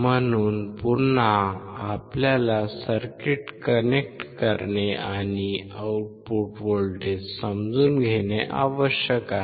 म्हणून पुन्हा आपल्याला सर्किट कनेक्ट करणे आणि आउटपुट व्होल्टेज समजून घेणे आवश्यक आहे